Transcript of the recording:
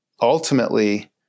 ultimately